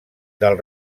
del